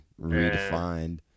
redefined